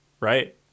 right